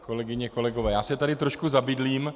Kolegyně, kolegové, já se tady trošku zabydlím.